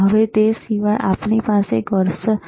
હવે તે સિવાય આપણી પાસે કર્સર છે બરાબર ને